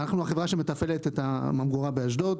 החברה שמתפעלת את הממגורה באשדוד.